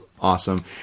awesome